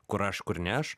kur aš kur ne aš